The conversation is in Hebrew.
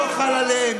לא חל עליהם.